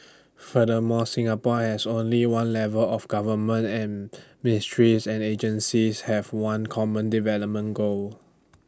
furthermore Singapore has only one level of government and ministries and agencies have one common development goal